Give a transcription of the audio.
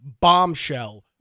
bombshell